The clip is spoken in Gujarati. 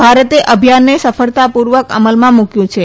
ભારતે અભિયાનને સફળતાપૂર્વક અમલમાં મૂક્યું છે